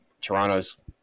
Toronto's